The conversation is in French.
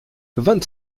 vingt